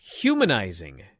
humanizing